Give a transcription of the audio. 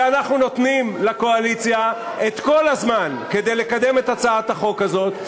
ואנחנו נותנים לקואליציה את כל הזמן כדי לקדם את הצעת החוק הזאת,